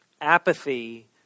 Apathy